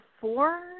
four